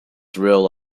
thrill